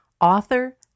author